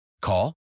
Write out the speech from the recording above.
Call